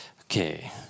Okay